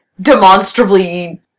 demonstrably